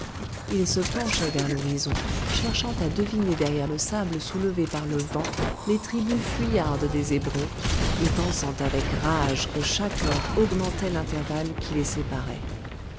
il se penchait vers l'horizon cherchant à deviner derrière le sable soulevé par le vent les tribus fuyardes des hébreux et pensant avec rage que chaque heure augmentait l'intervalle qui les séparait